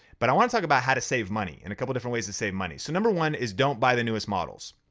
but i want to talk about how to save money and a couple different ways to save money. so number one is don't buy the newest models.